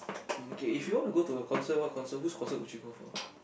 mm okay if you want to go to a concert what concert whose concert would you go for